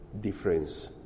difference